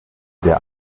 der